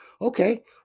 Okay